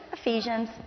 Ephesians